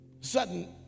Sudden